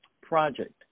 project